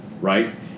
right